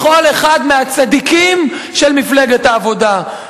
לכל אחד מהצדיקים של מפלגת העבודה.